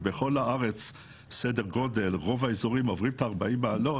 ורוב האזורים בארץ עוברים את ה-40 מעלות